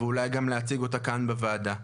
ואולי גם להציג אותה כאן בוועדה.